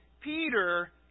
Peter